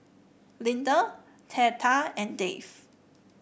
Linda Theta and Dave